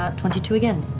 twenty two again.